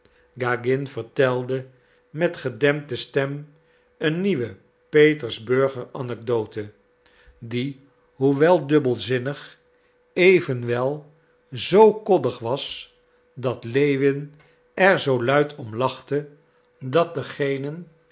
gagin vertelde met gedempte stem een nieuwe petersburger anecdote die hoewel dubbelzinnig evenwel zoo koddig was dat lewin er zoo luid om lachte dat degenen